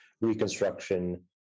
Reconstruction